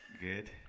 Good